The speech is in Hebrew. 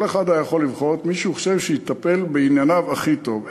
כל אחד היה יכול לבחור את מי שהוא חושב שיטפל בענייניו הכי טוב.